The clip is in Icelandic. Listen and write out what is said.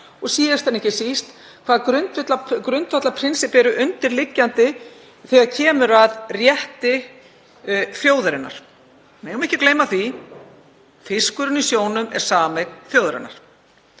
og síðast en ekki síst hvaða grundvallarprinsipp eru undirliggjandi þegar kemur að rétti þjóðarinnar. Við megum ekki gleyma því að fiskurinn í sjónum er sameign þjóðarinnar